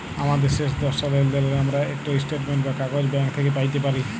আমাদের শেষ দশটা লেলদেলের আমরা ইকট ইস্ট্যাটমেল্ট বা কাগইজ ব্যাংক থ্যাইকে প্যাইতে পারি